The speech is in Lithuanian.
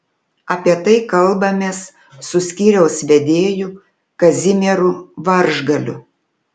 apie tai kalbamės su skyriaus vedėju kazimieru varžgaliu